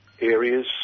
areas